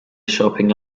shopping